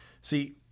See